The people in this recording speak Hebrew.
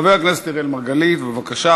חבר הכנסת אראל מרגלית, בבקשה.